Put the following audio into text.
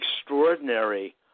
extraordinary